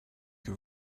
que